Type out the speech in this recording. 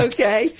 Okay